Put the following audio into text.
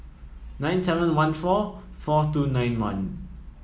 nine seven one four four two nine one